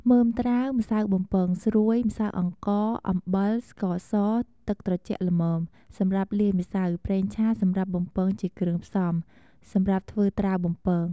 មើមត្រាវ ម្សៅបំពងស្រួយ ម្សៅអង្ករ អំបិល ស្ករស ទឹកត្រជាក់ល្មម សម្រាប់លាយម្សៅ ប្រេងឆាសម្រាប់បំពងជាគ្រឿងផ្សំ សម្រាប់ធ្វើត្រាវបំពង។